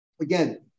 again